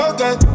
Okay